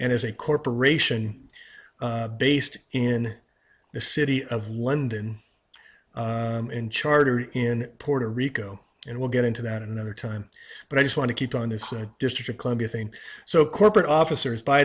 and is a corporation based in the city of london in charter in puerto rico and we'll get into that another time but i just want to keep on this and district of columbia thing so corporate officers by